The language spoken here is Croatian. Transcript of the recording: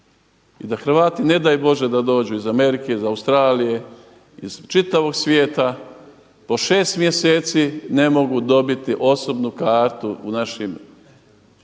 i da Hrvati ne daj Bože da dođu iz Amerike, iz Australije iz čitavog svijeta po 6 mjeseci ne mogu dobiti osobnu kartu u našim